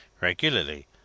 Regularly